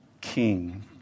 King